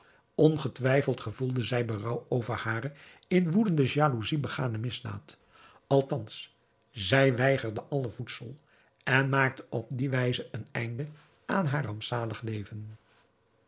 ongetwijfeld gevoelde zij berouw over hare in woedende jaloezij begane misdaad althans zij weigerde alle voedsel en maakte op die wijze een einde aan haar rampzalig leven